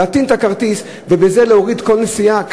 להטעין את הכרטיס ובזה להוריד כל נסיעה?